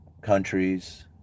countries